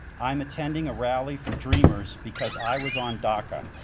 i'm attending a rally for dreamers because i was on daca.